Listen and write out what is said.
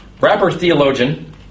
rapper-theologian